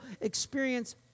experience